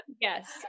Yes